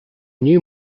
new